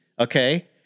Okay